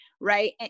right